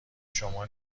شما